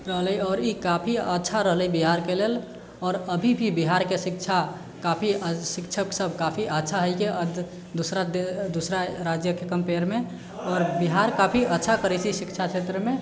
रहलै आओर ई काफी अच्छा रहलै बिहारके लेल आओर अभी भी बिहारके शिक्षा काफी शिक्षक सब काफी अच्छा हइ दोसरा राज्यके कम्पेयरमे आओर बिहार काफी अच्छा करैत छै शिक्षा क्षेत्रमे